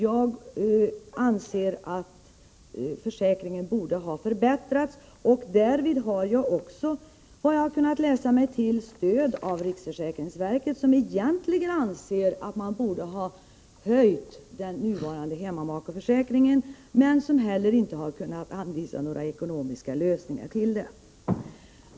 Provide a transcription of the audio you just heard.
Jag anser att försäkringen borde ha förbättrats, och därvid har jag också, enligt vad jag kunnat läsa mig till, stöd av riksförsäkringsverket; verket anser egentligen att man borde ha höjt den nuvarande hemmamakeförsäkringen, men inte heller från det hållet har man kunnat anvisa några ekonomiska lösningar.